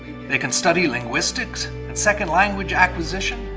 they can study linguistics, and second language acquisition,